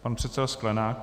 Pan předseda Sklenák.